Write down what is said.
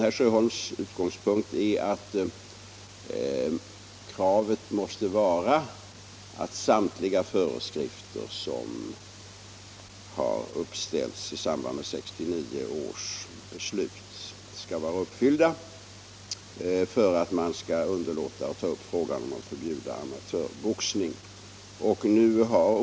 Herr Sjöholms utgångspunkt är att kravet måste vara att samtliga föreskrifter som uppställts i samband med 1969 års beslut skall vara uppfyllda för att vi skall underlåta att ta upp frågan om att förbjuda amatörboxning.